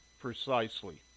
precisely